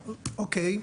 אוקיי,